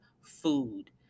food